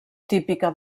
típica